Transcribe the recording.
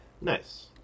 nice